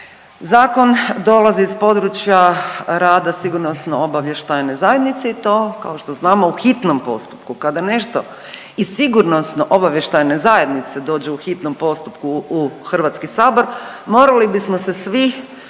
Zakon dolazi iz područja rada sigurnosno-obavještajne zajednice i to, kao što znamo, u hitnom postupku. Kada nešto iz sigurnosno obavještajne zajednice dođe u hitno postupku u HS, morali bismo se svi,